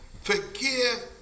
forgive